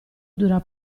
dura